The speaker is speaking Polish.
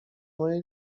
mojej